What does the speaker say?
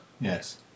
Yes